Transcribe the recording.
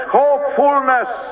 hopefulness